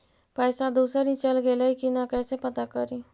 पैसा दुसरा ही चल गेलै की न कैसे पता करि?